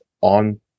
on